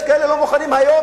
יש כאלה שלא מוכנים היום,